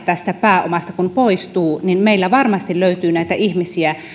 pääomasta poistuu niin meillä varmasti löytyy ihmisiä